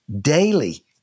daily